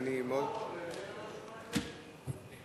שהיא הצעת חוק השאלת ספרי לימוד (תיקון מס' 6),